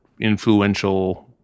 influential